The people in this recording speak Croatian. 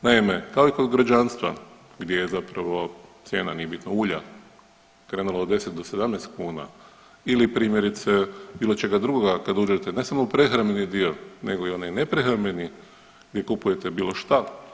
Naime, kao i kod građanstva gdje je zapravo cijena nije bitno ulja krenula od 10 do 17 kuna ili primjerice bilo čega drugoga kad uđete ne samo u prehrambeni dio, nego i onaj neprehrambeni gdje kupujete bilo šta.